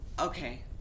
Okay